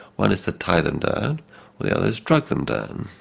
one is to tie them down, or the other is drug them down.